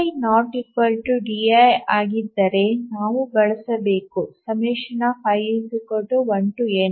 pi ≠ di ಆಗಿದ್ದರೆ ನಾವು ಬಳಸಬೇಕು i1neiminpidi